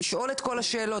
לשאול את כל השאלות,